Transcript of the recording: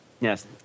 Yes